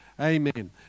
Amen